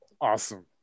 awesome